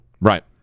Right